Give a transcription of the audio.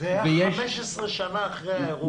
זה היה 15 שנים אחרי האירוע.